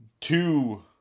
two